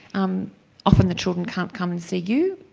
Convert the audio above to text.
um often the children can't come and see you,